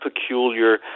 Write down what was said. peculiar